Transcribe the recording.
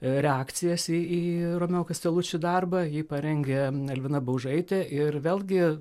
reakcijas į į romeo kasteluči darbą jį parengė elvina baužaitė ir vėlgi